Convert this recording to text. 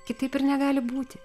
kitaip ir negali būti